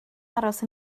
aros